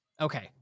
Okay